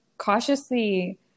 cautiously